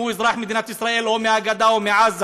אם הוא אזרח מדינת ישראל או מהגדה או מעזה,